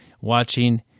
watching